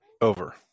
Over